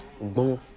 Bon